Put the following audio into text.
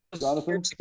Jonathan